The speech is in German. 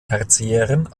tertiären